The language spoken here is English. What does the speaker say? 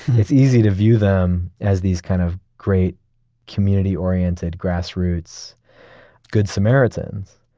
it's easy to view them as these kind of great community-oriented, grassroots good samaritans,